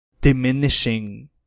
diminishing